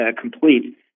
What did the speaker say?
complete